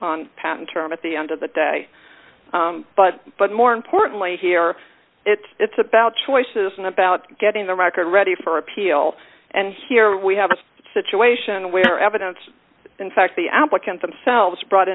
on patent term at the end of the day but but more importantly here it's it's about choice isn't about getting the record ready for appeal and here we have a situation where evidence in fact the applicant themselves brought